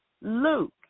Luke